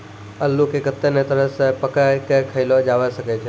अल्लू के कत्ते नै तरह से पकाय कय खायलो जावै सकै छै